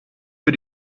für